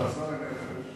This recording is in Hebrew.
זה ודאי לא נכון,